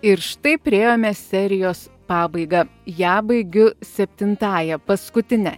ir štai priėjome serijos pabaigą ją baigiu septintąja paskutine